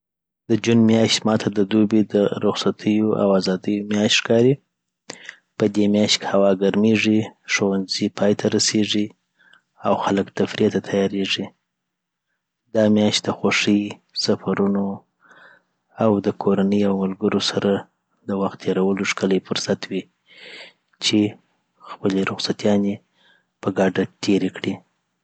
د جون میاشت ما ته د دوبي، د رخصتیو او ازادیو میاشت ښکاري. پدی میاشت کي هوا ګرمېږي، ښوونځي پای ته رسېږي او خلک تفریح ته تیارېږي. دا میاشت د خوښۍ، سفرونو، او د کورنۍ او ملګرو سره د وخت تېرولو ښکلی فرصت دی